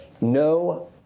no